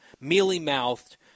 mealy-mouthed